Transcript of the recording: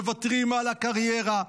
מוותרים על הקריירה,